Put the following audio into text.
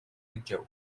الجو